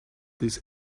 this